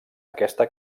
aquesta